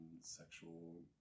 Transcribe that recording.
sexual